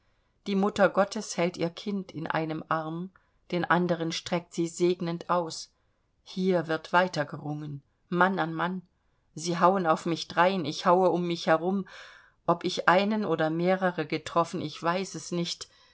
die mutter gottes hält ihr kind in einem arm den anderen streckt sie segnend aus hier wird weiter gerungen mann an mann sie hauen auf mich drein ich haue um mich herum ob ich einen oder mehrere getroffen ich weiß es nicht